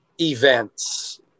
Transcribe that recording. events